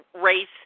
race